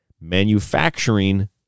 manufacturing